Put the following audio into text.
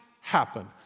happen